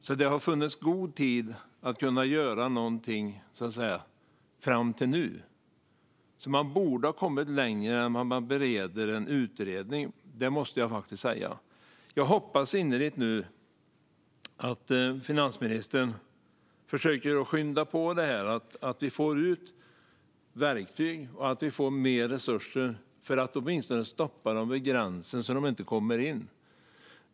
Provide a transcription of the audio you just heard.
Det har alltså funnits god tid att göra någonting fram till nu, och man borde ha kommit längre än att man bereder en utredning. Det måste jag faktiskt säga. Jag hoppas innerligt att finansministern nu försöker skynda på detta så att vi får ut verktyg och mer resurser. Det handlar om att åtminstone stoppa dem vid gränsen så att de inte kommer in.